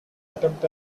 attempt